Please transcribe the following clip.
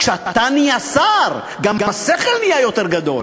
כשאתה נהיה שר גם השכל נהיה יותר גדול.